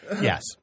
Yes